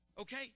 okay